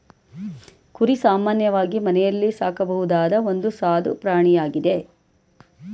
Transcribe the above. ಕುರಿ ಸಾಮಾನ್ಯವಾಗಿ ಮನೆಯಲ್ಲೇ ಸಾಕಬಹುದಾದ ಒಂದು ಸಾದು ಪ್ರಾಣಿಯಾಗಿದೆ